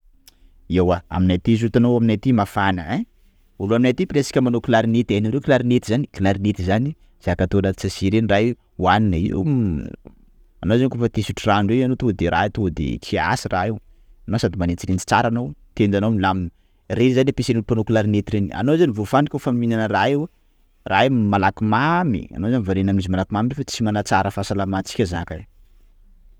Ewa, aminay aty zio, hitanao aminay aty mafana ein, olo aminay aty presque manao clarinette, hainareo clarinette zany clarinette zany zaka atao anaty sachet reny raha io, hoanina io, mm anao zany koafa te hisotro rano reny tonga de kiasy raha io, anao sady manintsinintsy tsara anao, tendanao milamina, reny zany ampiasainy mpanao clarinette reny, anao zany foafandrika koafa mihinana raha io, raha io malaky mamy, anao zany variana aminy izy malaky mamy nefa tsy manatsara ny fahasalamantsika zaka io.